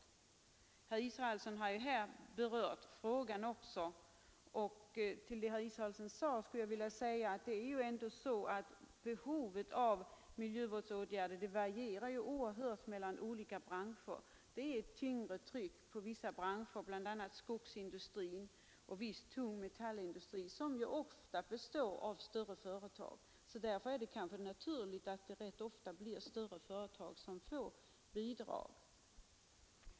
Också herr Israelsson har här berört frågan. Till vad herr Israelsson anförde skulle jag vilja säga att behovet av miljövårdsåtgärder ju ändå varierar oerhört mellan olika branscher — det är ett tyngre tryck på vissa branscher, bl.a. skogsindustri och viss tung metallindustri, som ju ofta utgöres av större företag. Därför är det kanske naturligt att det ofta blir de större företagen som erhåller bidrag.